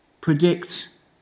predicts